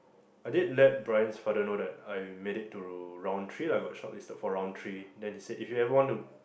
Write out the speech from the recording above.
I did let Bryan's father know that I made it to round three lah got shortlisted for round three then he said if you want to